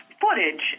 footage